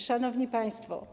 Szanowni Państwo!